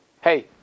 Hey